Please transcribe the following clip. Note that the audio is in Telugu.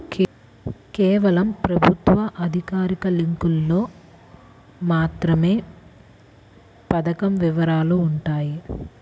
కేవలం ప్రభుత్వ అధికారిక లింకులో మాత్రమే పథకం వివరాలు వుంటయ్యి